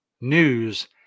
News